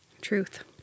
Truth